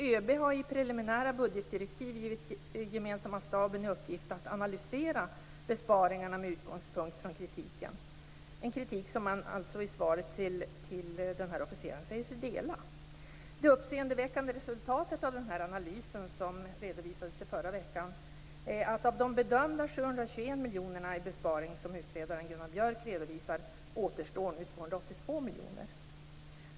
ÖB har i preliminära budgetdirektiv givit gemensamma staben i uppgift att analysera besparingarna med utgångspunkt från kritiken, en kritik som man alltså i svaret till den här officeren säger sig dela. Det uppseendeväckande resultatet av den analys som redovisades i förra veckan är, att av de bedömda 721 miljonerna i besparing som utredaren Gunnar Björk redovisar återstår nu 282 miljoner.